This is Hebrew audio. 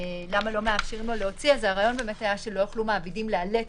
הוא שמעבידים לא יוכלו לאלץ